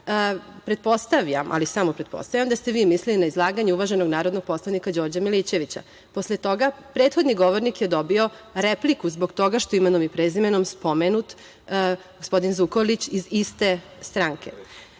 Poslovnika. Pretpostavljam da ste vi mislili na izlaganje uvaženog narodnog poslanika Đorđa Milićevića. Posle toga prethodni govornik je dobio repliku zbog toga što je imenom i prezimenom spomenut gospodin Zukorlić iz iste stranke. Zaista